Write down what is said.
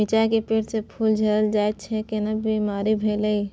मिर्चाय के पेड़ स फूल झरल जाय छै केना बीमारी भेलई?